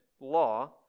law